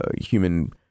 human